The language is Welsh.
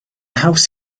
haws